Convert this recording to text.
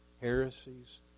heresies